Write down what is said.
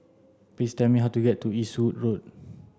please tell me how to get to Eastwood Road